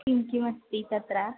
किं किमस्ति तत्र